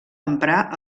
emprà